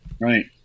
Right